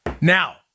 Now